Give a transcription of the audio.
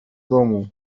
domu